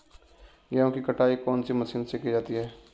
गेहूँ की कटाई कौनसी मशीन से की जाती है?